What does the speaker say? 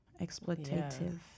exploitative